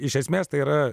iš esmės tai yra